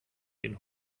den